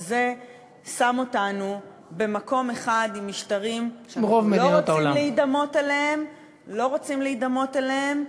וזה שם אותנו במקום אחד עם משטרים שאנחנו לא רוצים להידמות אליהם.